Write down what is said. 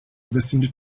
listened